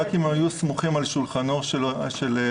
רק אם היו סמוכים על שולחנו של אותו אדם.